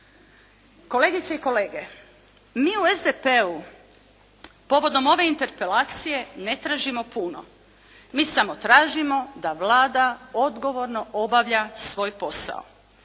Kolegice i kolege, mi u SDP-u povodom ove interpelacije ne tražimo puno. Mi samo tražimo da Vlada odgovorno obavlja svoj posao.